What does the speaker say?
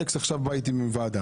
אלכס בא איתי עכשיו מוועדה,